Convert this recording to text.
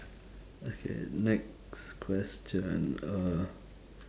okay next question uh